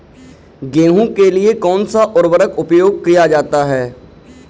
गेहूँ के लिए कौनसा उर्वरक प्रयोग किया जाता है?